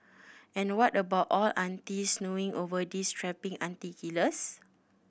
and what about all aunties swooning over these strapping auntie killers